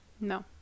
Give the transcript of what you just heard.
No